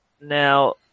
Now